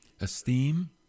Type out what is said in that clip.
esteem